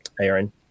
Aaron